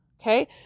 Okay